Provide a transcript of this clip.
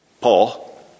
Paul